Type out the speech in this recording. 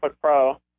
Pro